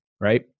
Right